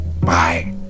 Bye